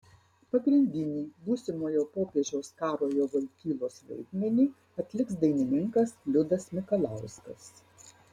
pagrindinį būsimojo popiežiaus karolio vojtylos vaidmenį atliks dainininkas liudas mikalauskas